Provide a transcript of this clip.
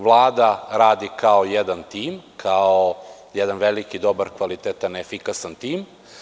Vlada radi kao jedan tim, kao jedan veliki dobar i kvaliteta, efikasan tim.